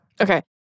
Okay